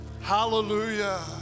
Hallelujah